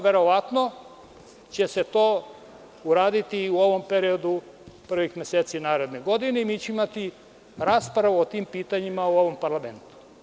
Verovatno će se to uraditi u ovom periodu prvih meseci naredne godine i mi ćemo imati raspravu o tim pitanjima u ovom parlamentu.